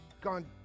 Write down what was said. gone